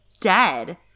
dead